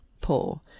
poor